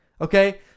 Okay